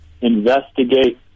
investigate